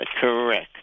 correct